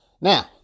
Now